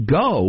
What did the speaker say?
go